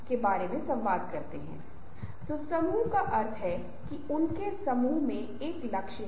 क्या आप मांगों पर समय व्यय को बदलने में सक्षम हैं